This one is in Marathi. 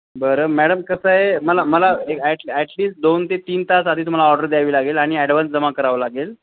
बरं मॅडम कसं आहे मला मला एक ॲट ॲटलिस्ट दोन ते तीन तास आधी तुम्हाला ऑर्डर द्यावी लागेल आणि ॲडवान्स जमा करावं लागेल